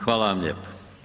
Hvala vam lijepo.